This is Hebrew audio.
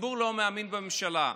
הציבור לא מאמין בממשלה.